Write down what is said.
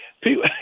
People